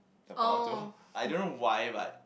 the power to I don't know why but